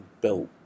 built